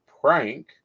prank